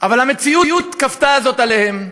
אבל המציאות כפתה זאת עליהם,